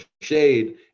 shade